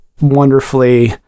wonderfully